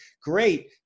great